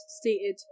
stated